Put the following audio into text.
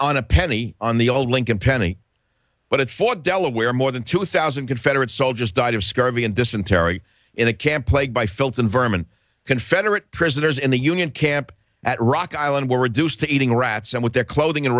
on a penny on the old lincoln penny but for delaware more than two thousand confederate soldiers died of scar b and dysentery in a camp plagued by phillips environment confederate prisoners in the union camp at rock island were reduced to eating rats and with their clothing